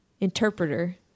interpreter